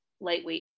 lightweight